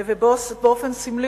ובאופן סמלי,